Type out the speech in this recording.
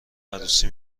عروسی